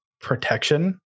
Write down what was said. protection